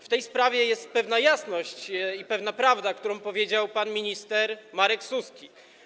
W tej sprawie jest pewna jasność i pewna prawda, którą powiedział pan minister Marek Suski.